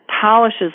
polishes